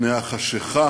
מפני החשכה